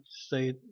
say